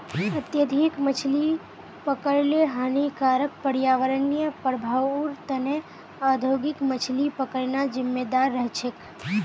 अत्यधिक मछली पकड़ ल हानिकारक पर्यावरणीय प्रभाउर त न औद्योगिक मछली पकड़ना जिम्मेदार रह छेक